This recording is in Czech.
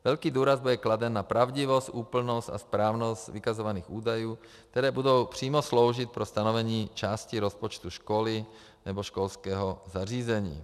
Velký důraz bude kladen na pravdivost, úplnost a správnost vykazovaných údajů, které budou přímo sloužit pro stanovení části rozpočtu školy nebo školského zařízení.